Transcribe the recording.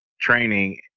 training